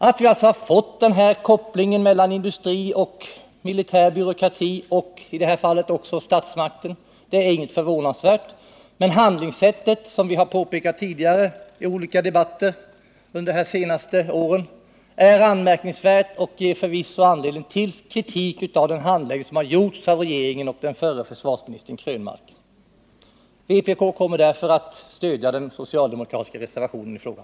Att vi har fått den här kopplingen mellan industri och militär byråkrati — och i det här fallet också med statsmakten — är ingenting förvånansvärt, men handlingssättet, som vi har påpekat tidigare i olika debatter under det senaste året, är anmärkningsvärt. Det ger förvisso anledning till kritik av den handläggning som regeringen och den förre försvarsministern Krönmark står för. Vänsterpartiet kommunisterna kommer därför att stödja den socialdemokratiska reservationen i frågan.